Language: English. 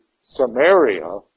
Samaria